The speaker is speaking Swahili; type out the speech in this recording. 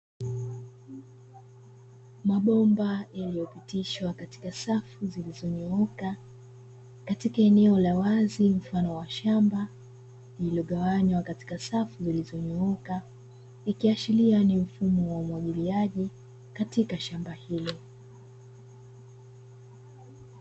Mabomba yaliyopitishwa katika safu zilizonyooka katika eneo la wazi mfano wa shamba lililogawanywa katika safu zilizonyooka ikiashiria ni mfumo wa umwagiliaji katika shamba hilo.